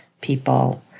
people